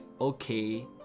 okay